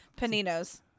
Paninos